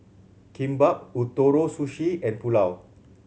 Kimbap Ootoro Sushi and Pulao